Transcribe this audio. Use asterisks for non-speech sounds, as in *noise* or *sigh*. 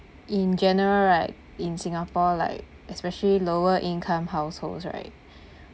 in general right in singapore like especially lower income households right *breath*